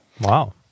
Wow